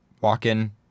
walk-in